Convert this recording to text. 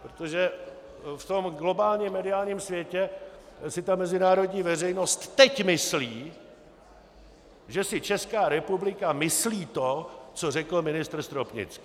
Protože v tom globálním mediálním světě si ta mezinárodní veřejnost teď myslí, že si Česká republika myslí to, co řekl ministr Stropnický.